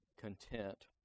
content